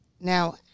Now